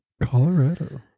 Colorado